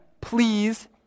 please